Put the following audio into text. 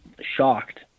shocked